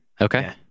Okay